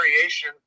variation